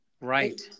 Right